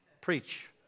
preach